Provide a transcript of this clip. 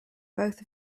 both